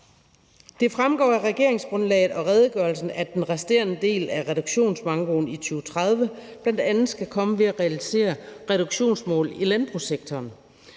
Det fremgår af regeringsgrundlaget og redegørelsen, at den resterende del af reduktionsmankoen i 2030 bl.a. skal komme ved at realisere reduktionsmål i landbrugssektoren.